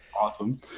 awesome